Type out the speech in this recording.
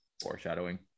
Foreshadowing